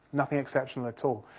nothing exceptional at all.